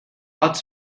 ought